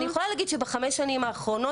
אני יכולה להגיד שבחמש שנים האחרונות,